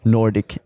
Nordic